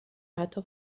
حتی